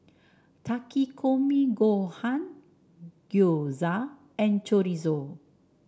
Takikomi Gohan Gyoza and Chorizo